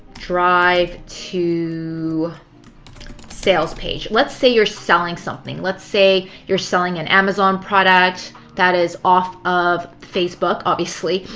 drive to sales page. let's say you're selling something. let's say you're selling an amazon product that is off of facebook, obviously.